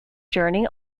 journey